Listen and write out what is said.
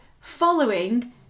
following